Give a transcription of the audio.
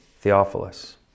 Theophilus